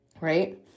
Right